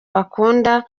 bakunda